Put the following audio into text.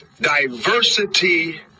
diversity